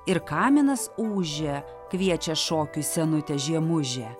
ir kaminas ūžia kviečia šokiui senutę žiemužę